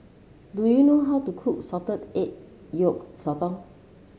do you know how to cook Salted Egg Yolk Sotong